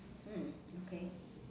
mm okay